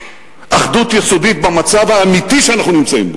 אחדות יסודית במצב האמיתי שאנחנו נמצאים בו.